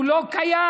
הוא לא קיים.